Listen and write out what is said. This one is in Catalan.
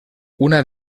una